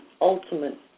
ultimate